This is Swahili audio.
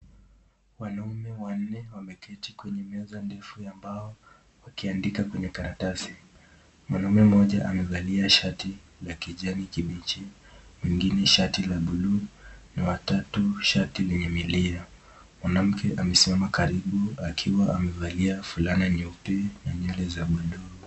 Wanaume wanne wameketi kwenye meza ndefu ya mbao wakiandika kwenye karatasi, mwanaume mmoja amevalia shati ya rangi ya kijani kibichi wengine shati ya buluu na watatu shati lenye mwanamke amesimama karibu akiwa amevalana nyeupe na kinyaza ya buluu.